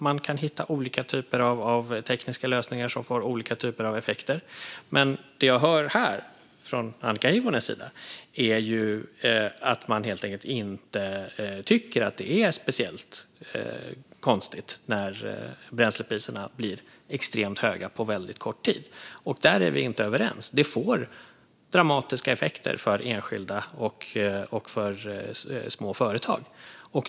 Man kan hitta olika typer av tekniska lösningar som får olika effekter. Men det jag hör från Annika Hirvonen är att de helt enkelt inte tycker att det är speciellt konstigt att bränslepriserna blir extremt höga på väldigt kort tid. Där är vi inte överens. Det får dramatiska effekter för enskilda och för små företag.